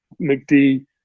mcd